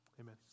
Amen